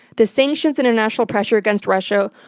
the sanctions, international pressure against russia.